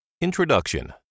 Introduction